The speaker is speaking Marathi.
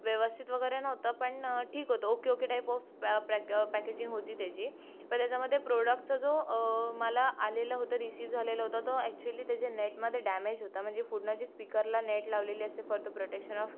व्यवस्थित वरे नव्हतं पण ठीक होतं ओके ओके टाइप ऑफ पॅ पॅकेजिंग होती त्याची पण त्याच्यामध्ये प्रॉडक्टचा जो मला आलेला होता रिसीव झालेला होता तो ॲक्च्युली त्याचे नेटमध्ये डॅमेज होता म्हणजे पुढनं जी स्पीकरला नेट लावलेली असते फॉर द प्रोटेक्शन ऑफ